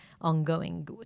ongoing